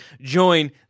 join